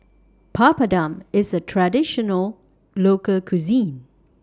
Papadum IS A Traditional Local Cuisine